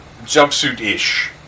Jumpsuit-ish